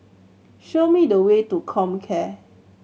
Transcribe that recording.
show me the way to Comcare